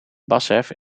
basf